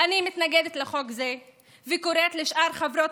אני מתנגדת לחוק זה וקוראת לשאר חברות